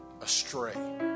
astray